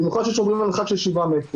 במיוחד ששומרים על מרחק של שבעה מ'.